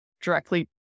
directly